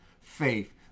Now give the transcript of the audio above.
faith